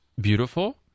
beautiful